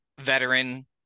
veteran